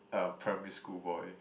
a primary school boy